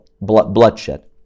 bloodshed